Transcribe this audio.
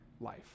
life